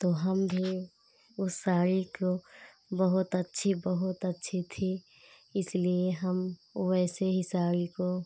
तो हम भी उस साड़ी को बहुत अच्छी बहुत अच्छी थी इसलिए हम वैसे ही साड़ी को